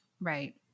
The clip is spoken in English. Right